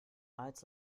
als